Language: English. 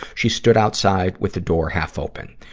she stood outside with the door half-open.